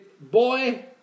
Boy